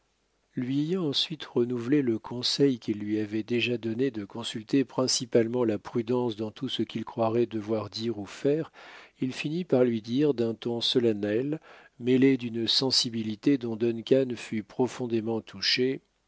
lui ayant ensuite renouvelé le conseil qu'il lui avait déjà donné de consulter principalement la prudence dans tout ce qu'il croirait devoir dire ou faire il finit par lui dire d'un ton solennel mêlé d'une sensibilité dont duncan fut profondément touché